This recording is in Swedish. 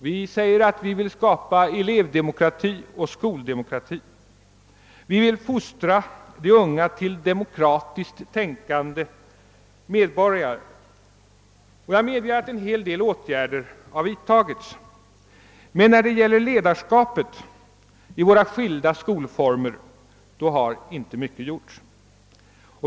Vi säger att vi vill skapa elevdemokrati och skoldemokrati. Vi vill fostra de unga till demokratiskt tänkande medborgare. Jag medger att en hel del åtgärder har vidtagits, men när det gäller ledarskapet i våra skilda skolformer har inte mycket gjorts.